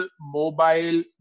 mobile